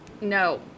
no